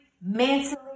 mentally